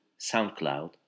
SoundCloud